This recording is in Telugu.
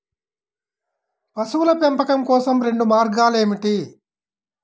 పశువుల పెంపకం కోసం రెండు మార్గాలు ఏమిటీ?